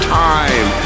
time